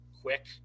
quick